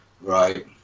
Right